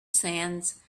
sands